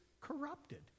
corrupted